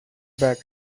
back